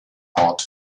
ort